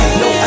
no